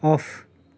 off